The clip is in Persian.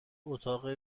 اتاق